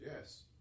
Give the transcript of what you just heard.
Yes